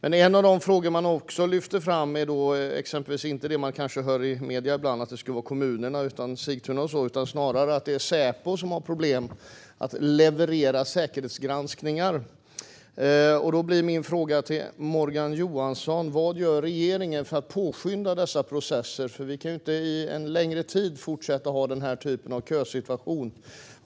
En annan fråga som också lyfts fram är kanske inte det som man hör i medierna ibland, att det skulle vara kommunerna - Sigtuna och så - som har problem utan snarare att det är Säpo som har problem att leverera säkerhetsgranskningar. Då blir min fråga till Morgan Johansson: Vad gör regeringen för att påskynda dessa processer? Vi kan ju inte under en längre tid fortsätta att ha den här typen av kösituation.